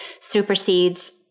supersedes